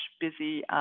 busy